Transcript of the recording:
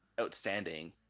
outstanding